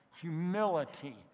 humility